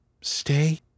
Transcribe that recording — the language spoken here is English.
Stay